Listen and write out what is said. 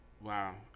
wow